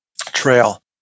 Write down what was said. trail